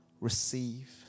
Receive